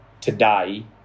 today